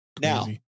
Now